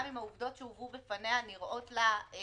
גם אם העובדות שהובאו בפניה נראות לה בעייתיות,